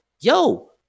Yo